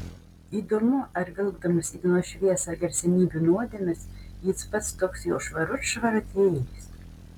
įdomu ar vilkdamas į dienos šviesą garsenybių nuodėmes jis pats toks jau švarut švarutėlis